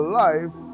life